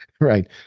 Right